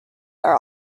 are